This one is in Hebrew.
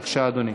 בבקשה, אדוני.